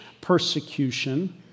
persecution